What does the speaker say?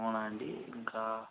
అవునా అండి ఇంకా